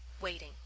Waiting